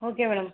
okay madam